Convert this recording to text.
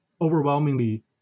overwhelmingly